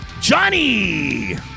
Johnny